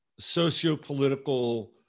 sociopolitical